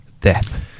death